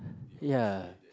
ya